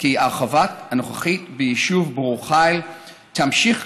כי ההרחבה הנוכחית ביישוב ברור חיל תמשיך